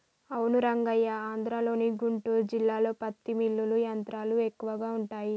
అవును రంగయ్య ఆంధ్రలోని గుంటూరు జిల్లాలో పత్తి మిల్లులు యంత్రాలు ఎక్కువగా ఉంటాయి